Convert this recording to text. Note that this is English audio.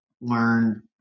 learn